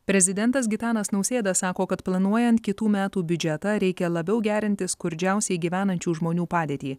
prezidentas gitanas nausėda sako kad planuojant kitų metų biudžetą reikia labiau gerinti skurdžiausiai gyvenančių žmonių padėtį